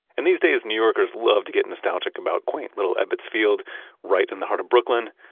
and these days, new yorkers love to get nostalgic about quaint little ebbets field right in the heart of brooklyn,